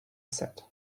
said